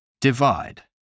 divide